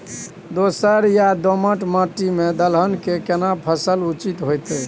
दोरस या दोमट माटी में दलहन के केना फसल उचित होतै?